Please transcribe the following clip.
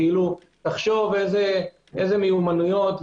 תחשוב איזה מיומנויות,